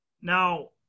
Now